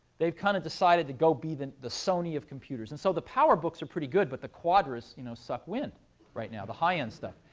they've kind of decided to go be the the sony of computers. and so the powerbooks are pretty good, but the quadras you know suck wind right now, the high end stuff.